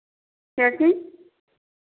क्या चीज़